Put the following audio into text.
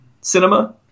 cinema